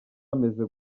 bameze